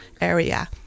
area